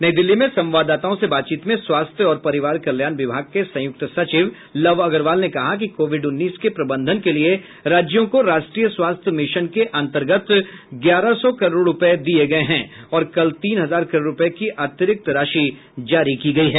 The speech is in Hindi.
नई दिल्ली में संवाददाताओं से बातचीत में स्वास्थ्य और परिवार कल्याण विभाग के संयुक्त सचिव लव अग्रवाल ने कहा कि कोविड उन्नीस के प्रबंधन के लिए राज्यों को राष्ट्रीय स्वास्थ्य मिशन के अंतर्गत ग्यारह सौ करोड रूपये दिए गए हैं और कल तीन हजार करोड रूपये की अतिरिक्त राशि जारी की गई है